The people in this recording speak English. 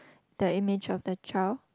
the image of the child